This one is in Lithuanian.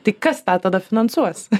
tik kas tą tada finansuos